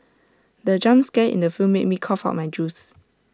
the jump scare in the film made me cough out my juice